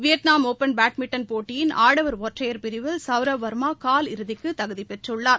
Vietnam open badminton போட்டியின் ஆடவர் ஒற்றையர் பிரிவில் சவுரவ் வர்மா காலிறுதிக்கு தகுதிப்பெற்றுள்ளார்